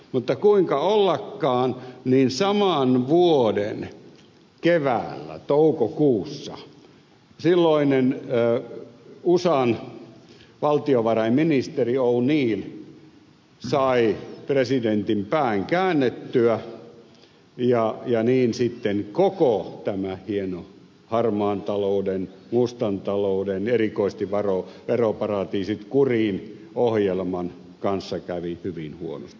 mutta kuinka ollakaan saman vuoden keväällä toukokuussa silloinen usan valtiovarainministeri oneill sai presidentin pään käännettyä ja niin sitten koko tämän hienon harmaan talouden mustan talouden erikoisesti veroparatiisit kuriin ohjelman kanssa kävi hyvin huonosti